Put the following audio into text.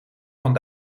van